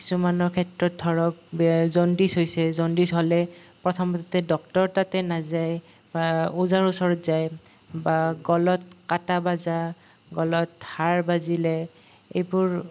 কিছুমানৰ ক্ষেত্ৰত ধৰক জণ্ডিছ হৈছে জণ্ডিছ হ'লে প্ৰথমতে ডক্তৰৰ তাতে নাযায় বা ওজাৰ ওচৰত যায় বা গলত কাঁটা বাজা গলত হাড় বাজিলে এইবোৰ